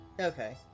okay